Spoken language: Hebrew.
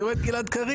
אני רואה את גלעד קריב.